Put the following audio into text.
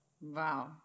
Wow